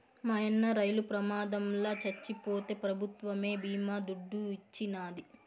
మాయన్న రైలు ప్రమాదంల చచ్చిపోతే పెభుత్వమే బీమా దుడ్డు ఇచ్చినాది